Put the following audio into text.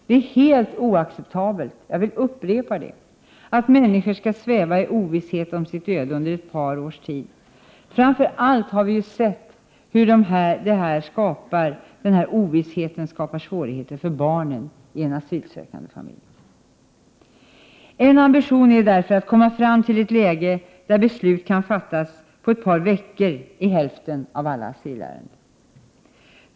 Det är helt oacceptabelt, jag vill upprepa det, att människor skall sväva i ovisshet om sitt öde under ett par års tid. Framför allt har vi sett hur denna ovisshet skapar, svårigheter för barnen i en asylsökande familj. En ambition är därför att komma fram till ett läge, där beslut kan fattas på ett par veckor i hälften av alla asylärenden.